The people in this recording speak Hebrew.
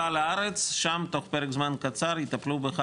סע לארץ ושם תוך פרק זמן קצר יטפלו בך